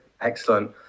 Excellent